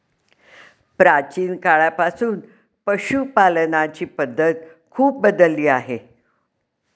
प्राचीन काळापासून पशुपालनाची पद्धत खूप बदलली आहे